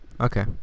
Okay